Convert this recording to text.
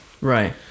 right